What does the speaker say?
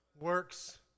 Works